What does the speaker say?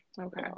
Okay